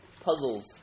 puzzles